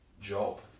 job